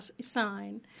sign